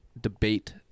debate